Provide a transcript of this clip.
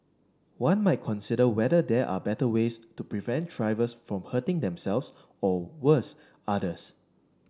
one might consider whether there are better ways to prevent drivers from hurting themselves or worse others